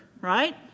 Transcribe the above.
right